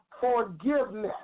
forgiveness